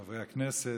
חברי הכנסת,